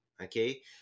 okay